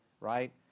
right